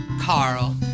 Carl